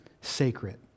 sacred